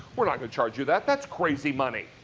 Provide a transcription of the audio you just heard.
we're not going to charge you that that's crazy money.